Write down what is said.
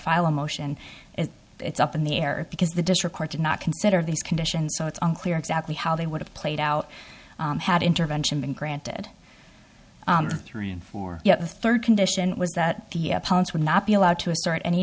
file a motion and it's up in the air because the district court did not consider these conditions so it's unclear exactly how they would have played out had intervention been granted three and four yet the third condition was that the opponents would not be allowed to assert any